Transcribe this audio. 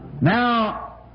Now